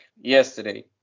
yesterday